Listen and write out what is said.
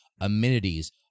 amenities